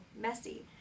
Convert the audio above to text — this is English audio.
messy